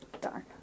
Darn